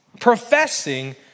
professing